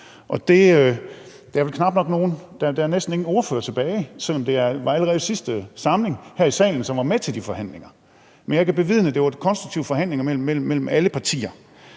gennem børneøjne. Der er næsten ingen ordførere tilbage her i salen, selv om det allerede var i sidste samling, de samme ordførere var med til de forhandlinger. Men jeg kan bevidne, at det var konstruktive forhandlinger mellem alle partier.